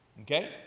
Okay